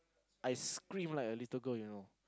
I scream like a little girl you know